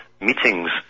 meetings